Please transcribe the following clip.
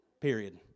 Period